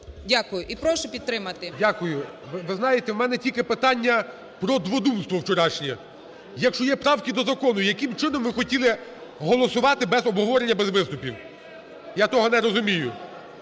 Дякую і прошу підтримати. ГОЛОВУЮЧИЙ. Дякую. Ви знаєте, у мене тільки питання про дводумство вчорашнє. Якщо є правки до закону, яким чином ви хотіли голосувати без обговорення, без виступів, я того не розумію.